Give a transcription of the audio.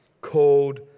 called